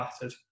battered